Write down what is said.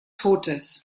totes